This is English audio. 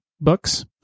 books